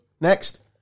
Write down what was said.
next